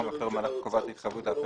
המשיך המפר במהלך תקופת ההתחייבות להפר